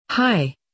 hi